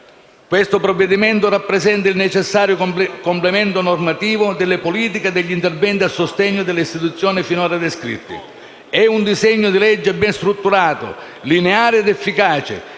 Questo provvedimento rappresenta il necessario complemento normativo delle politiche e degli interventi a sostegno delle istituzioni finora descritti. È un disegno di legge ben strutturato, lineare ed efficace,